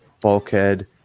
Bulkhead